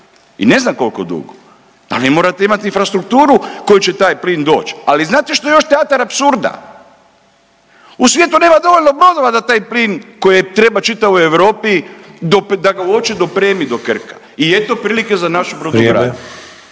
i ne znam koliko dugo. Ali morate imati infrastrukturu kojom će taj plin doći. Ali znate što je još teatar apsurda? U svijetu nema dovoljno brodova da taj plin koji treba čitavoj Europi da ga uopće dopremi do Krka i eto prilike za našu brodogradnju